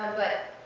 but